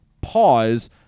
pause